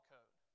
Code